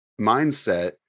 mindset